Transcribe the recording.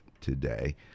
today